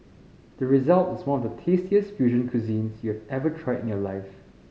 the result is one of the tastiest fusion cuisines you have ever tried in your life